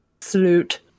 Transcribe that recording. Salute